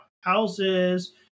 houses